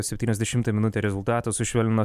septyniasdešimtą minutę rezultatą sušvelnino